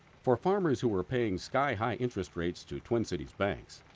for farmers who were paying sky-high interest rates to twin cities banks,